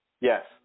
Yes